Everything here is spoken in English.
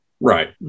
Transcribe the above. right